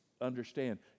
understand